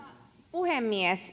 puhemies